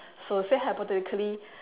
so say hypothetically